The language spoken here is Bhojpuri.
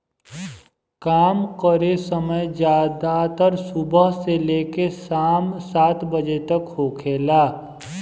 काम करे समय ज्यादातर सुबह से लेके साम सात बजे तक के होखेला